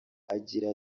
agira